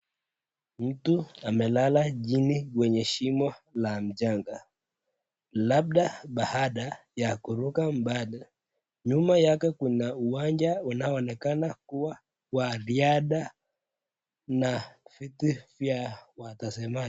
Mtu amelala chini kwenye shimo la mchanga. Labda baada ya kuruka mbali. Nyuma yake kuna uwanja unaonekana kuwa wa riadha na viti vya watasemaji.